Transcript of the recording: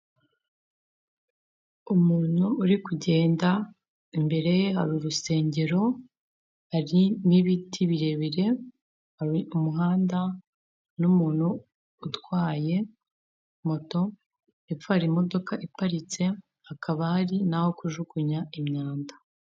Umuntu uri kugenda, imbere ye hari urusengero, hari n'ibiti birebire, hari umuhanda, n'umuntu utwaye moto, hapfo hari imodoka iparitse, hakaba ari n'aho kujugunya imyanda.